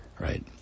Right